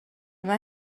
yma